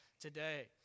today